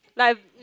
like